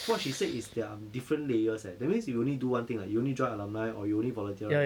what she said is there are different layers eh that means you only do one thing like you only join alumni or you only volunteer